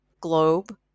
globe